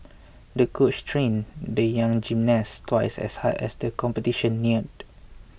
the coach trained the young gymnast twice as hard as the competition neared